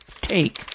take